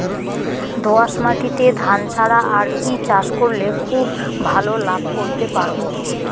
দোয়াস মাটিতে ধান ছাড়া আর কি চাষ করলে খুব ভাল লাভ করতে পারব?